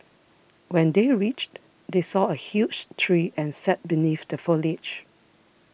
when they reached they saw a huge tree and sat beneath the foliage